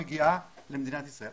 מגיעה למדינת ישראל.